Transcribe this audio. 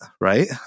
Right